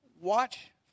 watch